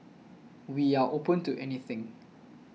we are open to anything